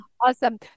Awesome